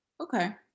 Okay